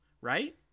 right